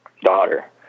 daughter